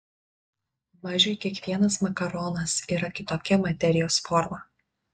mažiui kiekvienas makaronas yra kitokia materijos forma